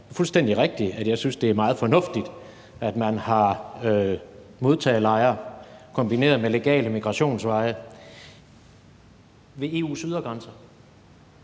Det er fuldstændig rigtigt, at jeg synes, det er meget fornuftigt, at man har modtagelejre kombineret med legale migrationsveje ved EU's ydre grænser.